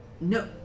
No